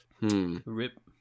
Rip